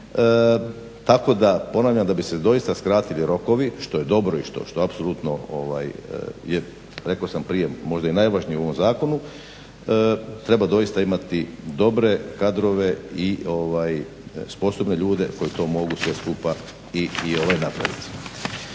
Tako da, ponavljam, da bi se doista skratili rokovi što je dobro i što apsolutno je rekao sam prije možda i najvažnije u ovom zakonu treba doista imati dobre kadrove i sposobne ljude koji to mogu sve skupa i napraviti.